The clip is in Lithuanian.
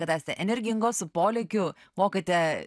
kad esate energingos su polėkiu mokate